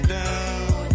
down